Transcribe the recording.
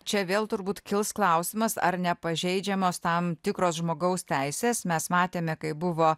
čia vėl turbūt kils klausimas ar nepažeidžiamos tam tikros žmogaus teisės mes matėme kai buvo